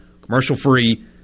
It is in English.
commercial-free